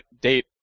date